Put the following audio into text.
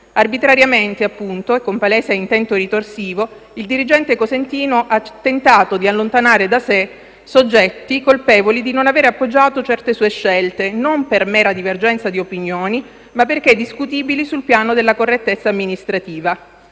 Arbitrariamente, appunto, e con palese intento ritorsivo, il dirigente cosentino ha tentato di allontanare da sé soggetti colpevoli di non avere appoggiato certe sue scelte non per mera divergenza di opinioni, ma perché discutibili sul piano della correttezza amministrativa.